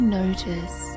notice